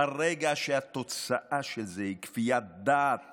ברגע שהתוצאה של זה היא כפיית דעת